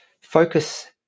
focus